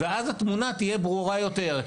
ואז התמונה תהיה ברורה יותר.